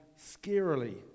scarily